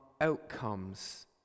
outcomes